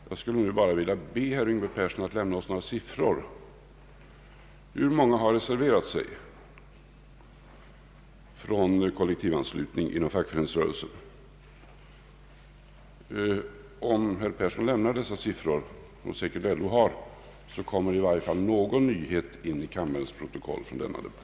Jag skulle vilja be herr Yngve Persson lämna några siffror, som LO säkert har: Hur många har reserverat sig mot kollektivanslutning genom fackföreningsrörelsen? Om herr Yngve Persson lämnar dessa siffror skulle i varje fall någon nyhet komma in i kammarens protokoll från denna debatt.